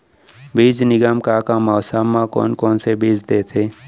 बीज निगम का का मौसम मा, कौन कौन से बीज देथे?